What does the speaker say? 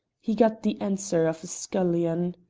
he got the answer of a scullion.